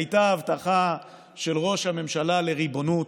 הייתה הבטחה של ראש הממשלה לריבונות,